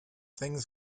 things